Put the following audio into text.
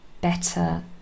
better